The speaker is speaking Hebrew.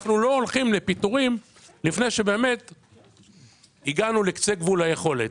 אנחנו לא הולכים לפיטורים לפני שהגענו לקצה גבול היכולת.